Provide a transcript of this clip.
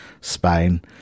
Spain